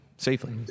safely